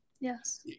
Yes